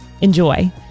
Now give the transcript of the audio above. enjoy